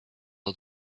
lot